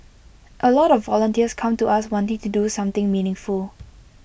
A lot of volunteers come to us wanting to do something meaningful